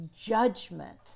judgment